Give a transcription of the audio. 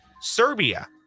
Serbia